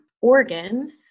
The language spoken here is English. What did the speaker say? organs